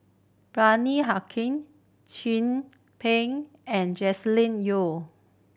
Bani Haykal Chin Peng and Joscelin Yeo